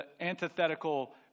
antithetical